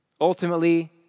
Ultimately